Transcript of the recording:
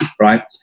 Right